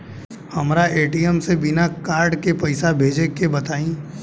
हमरा ए.टी.एम से बिना कार्ड के पईसा भेजे के बताई?